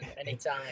anytime